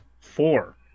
Four